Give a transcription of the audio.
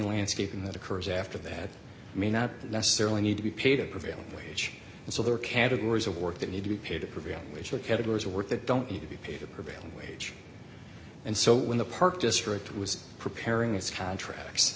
landscaping that occurs after that may not necessarily need to be paid a prevailing wage and so there are categories of work that need to be paid a program which are categories work that don't need to be paid the prevailing wage and so when the park district was preparing its contracts